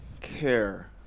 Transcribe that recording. care